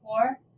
four